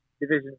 Division